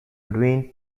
between